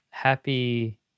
Happy